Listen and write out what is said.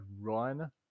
run